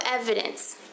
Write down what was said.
evidence